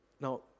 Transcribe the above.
Now